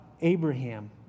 Abraham